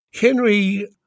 Henry